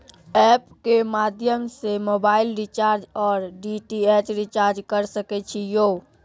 App के माध्यम से मोबाइल रिचार्ज ओर डी.टी.एच रिचार्ज करऽ सके छी यो?